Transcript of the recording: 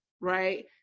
right